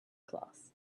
class